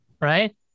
Right